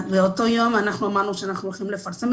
באותו יום אנחנו אמרנו שאנחנו הולכים לפרסם,